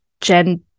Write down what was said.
gen